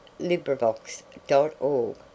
LibriVox.org